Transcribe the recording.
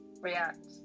react